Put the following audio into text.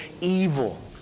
evil